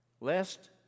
Lest